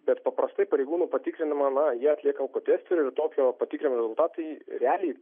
bet paprastai pareigūnų patikrinama na jie atlieka alkotesteriu ir tokio patikrinimo rezultatai realiai